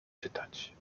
czytać